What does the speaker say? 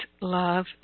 love